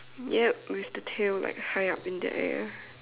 yup with the tail like high up in the air